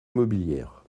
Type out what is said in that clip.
immobilières